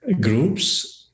groups